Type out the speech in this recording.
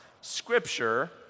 Scripture